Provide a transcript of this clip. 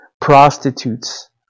prostitutes